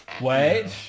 Wait